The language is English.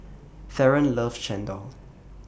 Theron loves Chendol